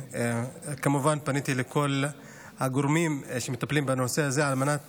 וכמובן פניתי לכל הגורמים שמטפלים בנושא הזה על מנת